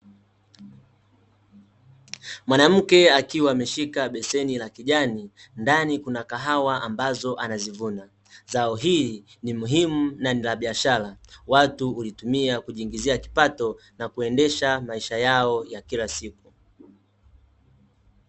Mwanamke akiwa ameshika beseni la kijani, ndani kuna kahawa ambazo anazivuna. Zao hili, ni muhimu na ni la biashara. Watu hulitumia kujiingizia kipato, na kuendesha maisha yao ya kila siku.